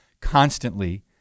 constantly